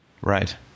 Right